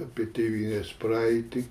apie tėvynės praeitį